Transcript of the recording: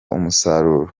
umusaruro